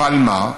אבל מה?